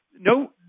No